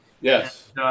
Yes